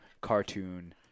cartoon